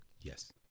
Yes